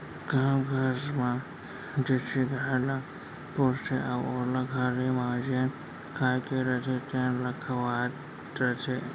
गाँव घर म देसी गाय ल पोसथें अउ ओला घरे म जेन खाए के रथे तेन ल खवावत रथें